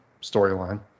storyline